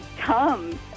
come